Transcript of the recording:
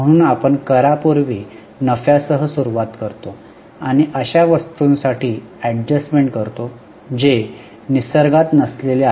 म्हणून आपण करा पूर्वी नफ्यासह सुरुवात करतो आणि अशा वस्तूसाठी एडजस्टमेंट करतो जे निसर्गात नसलेल्या आहेत